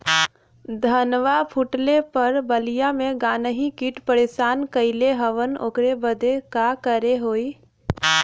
धनवा फूटले पर बलिया में गान्ही कीट परेशान कइले हवन ओकरे बदे का करे होई?